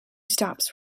stops